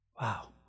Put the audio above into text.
wow